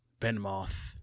Benmoth